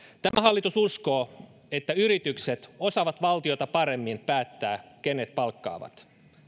tämä hallitus uskoo että yritykset osaavat valtiota paremmin päättää kenet palkkaavat